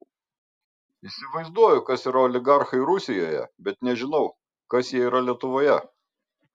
įsivaizduoju kas yra oligarchai rusijoje bet nežinau kas jie yra lietuvoje